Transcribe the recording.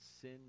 sin